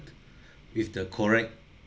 with the correct